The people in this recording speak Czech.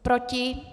Proti?